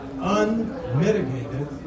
unmitigated